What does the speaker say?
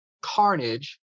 Carnage